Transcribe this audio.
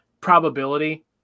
probability